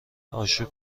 آشوب